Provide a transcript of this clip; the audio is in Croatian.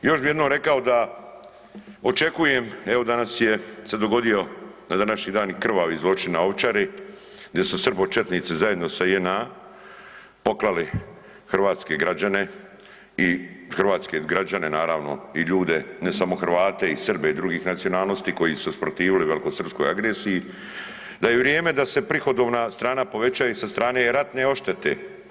Još bi jednom rekao da očekujem, evo danas je se dogodio na današnji dan i krvavi zločin na Ovčari gdje su srbočetnici zajedno sa JNA poklali hrvatske građane i hrvatske građane naravno i ljude, ne samo Hrvate i Srbe i drugih nacionalnosti koji su se usprotivili velikosrpskoj agresiji, da je vrijeme da se prihodovna strana poveća i sa strane ratne odštete.